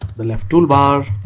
the left tool bar